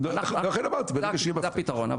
אבל זה הרעיון.